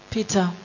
Peter